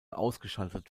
ausgeschaltet